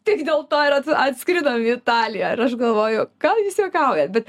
tik dėl to ir atskridom į italiją ir aš galvoju gal jūs juokaujat bet